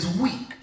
weak